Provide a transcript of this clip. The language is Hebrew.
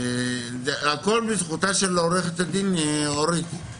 הכול בזכותה של עורכת הדין אורית ג'קמן.